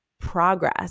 progress